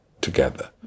together